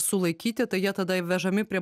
sulaikyti tai jie tada vežami prie